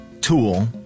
tool